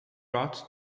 drought